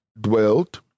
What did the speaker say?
dwelt